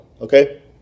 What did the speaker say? okay